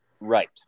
Right